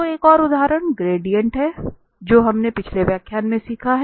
तो एक और उदाहरण ग्रेडिएंट है जो हमने पिछले व्याख्यान में सीखा है